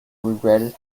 regretted